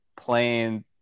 playing